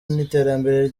n’iterambere